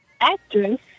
Actress